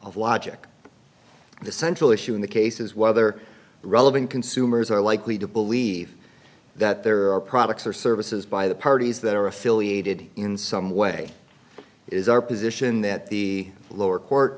of logic the central issue in the case is whether relevant consumers are likely to believe that there are products or services by the parties that are affiliated in some way is our position that the lower court